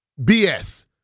BS